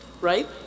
Right